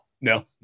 no